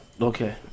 Okay